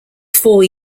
four